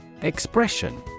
Expression